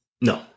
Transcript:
No